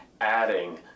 adding